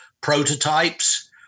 prototypes